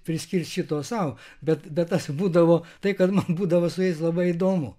priskirti šito sau bet bet tas būdavo tai kad man būdavo su jais labai įdomu